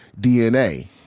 DNA